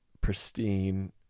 pristine